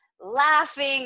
laughing